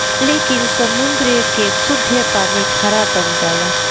लेकिन समुंद्र के सुद्ध पानी खारा बन जाला